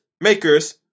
makers